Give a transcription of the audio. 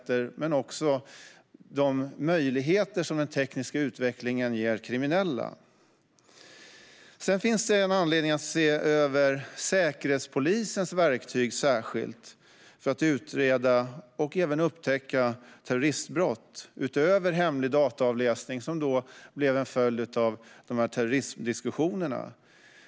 Det handlar också om de möjligheter som den tekniska utvecklingen ger kriminella. Sedan finns det anledning att särskilt se över Säkerhetspolisens verktyg för att utreda och även upptäcka terroristbrott, utöver hemlig dataavläsning, som blev en följd av dessa terrorismdiskussioner.